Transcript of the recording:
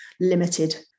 limited